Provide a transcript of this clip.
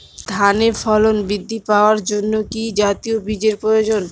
ধানে ফলন বৃদ্ধি পাওয়ার জন্য কি জাতীয় বীজের প্রয়োজন?